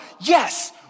yes